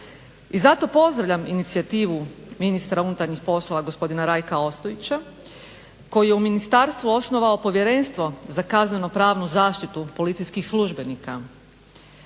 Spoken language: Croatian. I zato pozdravljam inicijativu ministra unutarnjih poslova gospodina Rajka Ostojića koji je u ministarstvu osnovao Povjerenstvo za kazneno-pravnu zaštitu policijskih službenika.